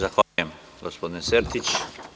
Zahvaljujem gospodine Sertiću.